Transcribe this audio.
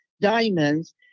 diamonds